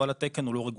אבל התקן הוא לא רגולציה,